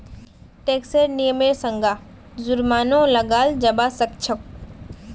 टैक्सेर नियमेर संगअ जुर्मानो लगाल जाबा सखछोक